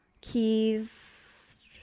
keys